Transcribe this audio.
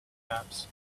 apps